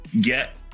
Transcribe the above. get